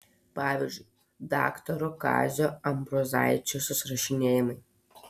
pavyzdžiui daktaro kazio ambrozaičio susirašinėjimai